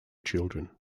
children